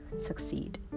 succeed